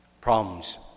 problems